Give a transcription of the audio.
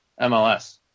MLS